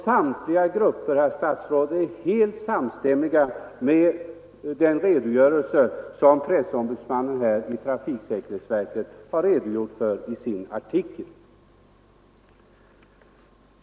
Samtliga gruppers redogörelser, herr statsråd, har varit helt samstämmiga med den redogörelse som pressombudsmannen i trafiksäkerhetsverket har framfört i sin artikel.